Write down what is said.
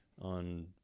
on